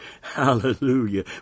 Hallelujah